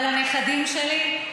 אבל הנכדים שלי,